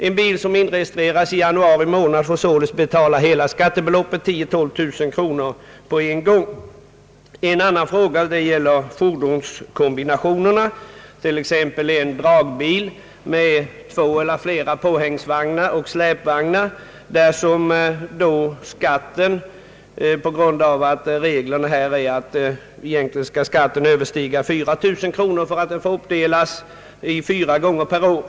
En bil som inregistreras i januari månad får enligt nuvarande regler betala hela skattebeloppet, 10 000—12 000, på en gång. En annan fråga gäller fordonskombinationer. För en dragbil med två eller flera påhängsvagnar eller släpvagnar är reglerna sådana, att skatten egentligen skall överstiga 4000 kronor för att inbetalningen skall få uppdelas på fyra gånger per år.